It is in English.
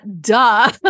duh